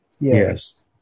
Yes